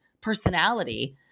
personality